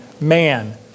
man